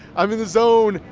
i'm in the zone.